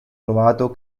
trovato